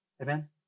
Amen